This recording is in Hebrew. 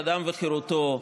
בבקשה.